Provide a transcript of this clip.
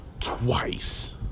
twice